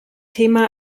thema